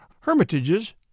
hermitages